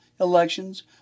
elections